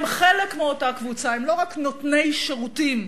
הם חלק מאותה קבוצה, הם לא רק נותני שירותים